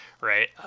right